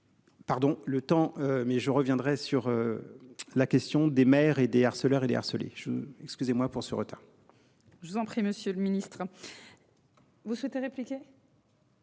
Pardon le temps mais je reviendrai sur. La question des mères et des harceleurs et harcelés je excusez-moi pour ce retard. Je vous en prie monsieur le Ministre. Vous souhaitez répliquer.